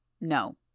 No